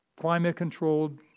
climate-controlled